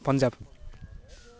Punjab